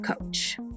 coach